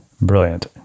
Brilliant